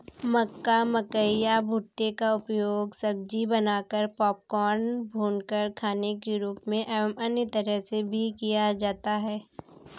मक्का, मकई या भुट्टे का उपयोग सब्जी बनाकर, पॉपकॉर्न, भूनकर खाने के रूप में एवं अन्य तरह से भी किया जाता है